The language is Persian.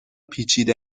پیچیده